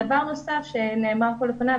דבר נוסף שנאמר פה לפניי,